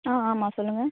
ஆ ஆமாம் சொல்லுங்க